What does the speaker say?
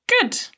Good